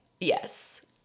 Yes